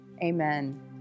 Amen